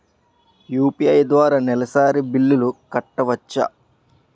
UPI ద్వారా నెలసరి బిల్లులు కట్టవచ్చా?